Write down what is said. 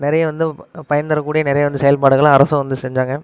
நிறைய வந்து பயன்தரக்கூடிய நிறைய வந்து செயல்பாடுகளும் அரசும் வந்து செஞ்சாங்க